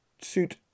suit